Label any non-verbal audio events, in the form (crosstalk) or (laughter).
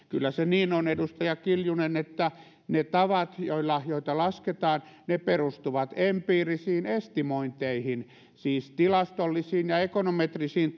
(unintelligible) kyllä se on niin edustaja kiljunen että ne tavat joilla lasketaan perustuvat empiirisiin estimointeihin siis tilastollisiin ja ekonometrisiin (unintelligible)